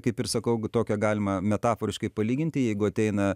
kaip ir sakau tokią galima metaforiškai palyginti jeigu ateina